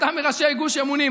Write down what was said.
הייתה מראשי גוש אמונים,